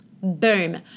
Boom